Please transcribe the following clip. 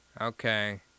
Okay